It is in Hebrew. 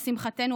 לשמחתנו,